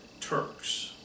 Turks